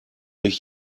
ich